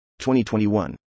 2021